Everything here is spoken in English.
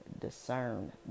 Discern